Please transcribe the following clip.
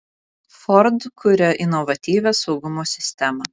ford kuria inovatyvią saugumo sistemą